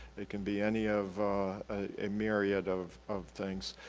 it can be any of a myriad of of things.